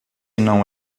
não